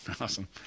Awesome